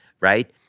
right